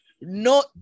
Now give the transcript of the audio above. No